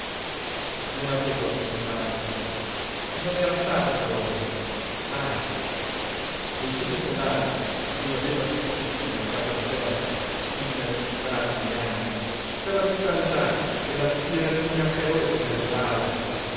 non aveva avuto infanzia non era stato giovine mai le scene selvagge a cui aveva assistito nella casa paterna fin dai piú gracili anni per la brutalità e la tirannia feroce del padre